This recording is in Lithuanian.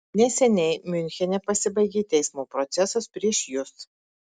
neseniai miunchene pasibaigė teismo procesas prieš jus